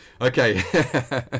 okay